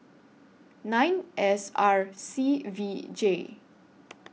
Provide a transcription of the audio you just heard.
nine S R C V J